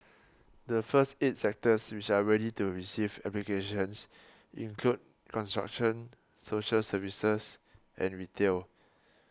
the first eight sectors which are ready to receive applications include construction social services and retail